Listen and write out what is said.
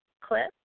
clip